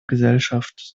gesellschaft